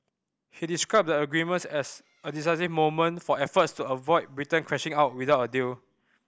he described the agreements as a decisive moment for efforts to avoid Britain crashing out without a deal